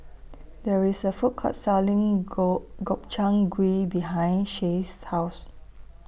There IS A Food Court Selling Gob Gobchang Gui behind Shay's House